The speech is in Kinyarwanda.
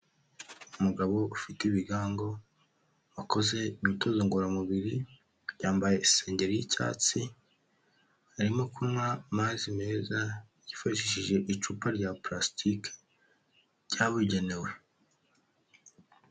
Umugabo ufite ibigango, wakoze imyitozo ngororamubiri, yambaye isengeri y'icyatsi, arimo kunywa amazi meza yifashishije icupa rya palasitike ryabugenewe.